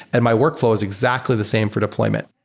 and my workflow is exactly the same for deployment.